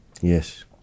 Yes